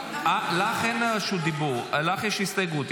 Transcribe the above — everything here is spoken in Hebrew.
לך אין רשות דיבור, לך יש רשות דיבור.